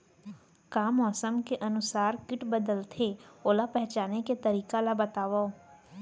का मौसम के अनुसार किट बदलथे, ओला पहिचाने के तरीका ला बतावव?